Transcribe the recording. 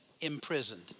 imprisoned